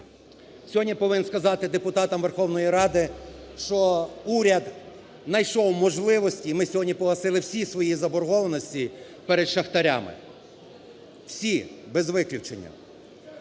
Сьогодні повинен сказати депутатам Верховної Ради, що уряд найшов можливості, і ми сьогодні погасили всі свої заборгованості перед шахтарями, всі без виключення.